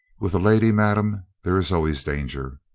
with a lady, madame, there is always danger.